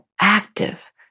active